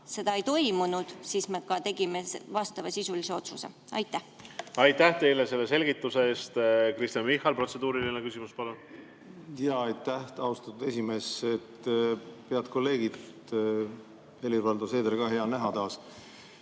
seda ei toimunud, siis me tegime vastavasisulise otsuse. Aitäh teile selle selgituse eest! Kristen Michal, protseduuriline küsimus, palun! Aitäh, austatud esimees! Head kolleegid! Helir-Valdor Seeder ka, hea näha taas!